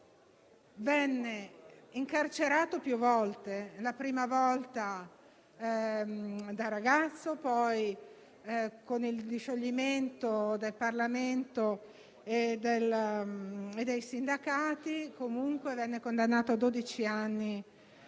venne incarcerato più volte: la prima volta da ragazzo e, poi, con lo scioglimento del Parlamento e dei sindacati, venne condannato a dodici